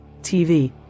TV